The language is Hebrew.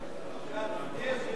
להעביר את